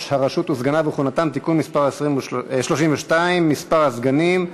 הרשות וסגניו וכהונתם) (תיקון מס' 32) (מספר הסגנים).